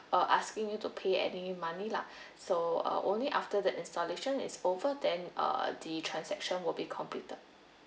uh asking you to pay any money lah so uh only after the installation is over then uh the transaction will be completed